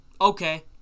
Okay